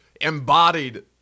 embodied